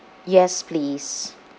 yes please